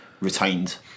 retained